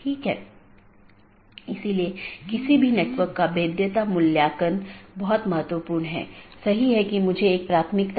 जबकि जो स्थानीय ट्रैफिक नहीं है पारगमन ट्रैफिक है